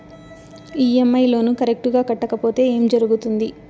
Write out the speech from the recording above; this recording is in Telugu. ఇ.ఎమ్.ఐ లోను కరెక్టు గా కట్టకపోతే ఏం జరుగుతుంది